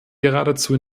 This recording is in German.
geradezu